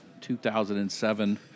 2007